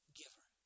giver